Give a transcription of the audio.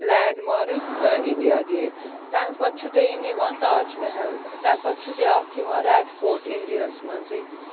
land مارٕک India gate تَمہِ پتہٕ چھُ دٔیِم یِوان تاج محل تَمہِ پتہٕ چھُ بیٛاکھ یِوان ریڈ فورٹ اِنٛڈِیاہَس منٛزٕے